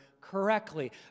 correctly